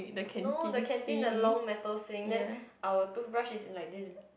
no the canteen the long metal sink then our toothbrush is like this